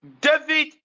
david